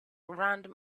random